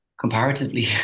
comparatively